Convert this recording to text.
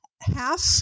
half